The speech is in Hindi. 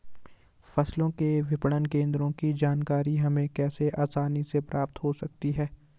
फसलों के विपणन केंद्रों की जानकारी हमें कैसे आसानी से प्राप्त हो सकती?